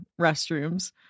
restrooms